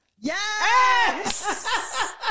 Yes